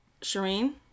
Shireen